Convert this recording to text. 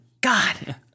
God